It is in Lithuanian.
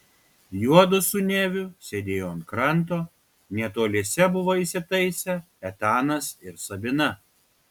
juodu su neviu sėdėjo ant kranto netoliese buvo įsitaisę etanas ir sabina